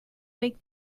make